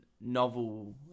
novel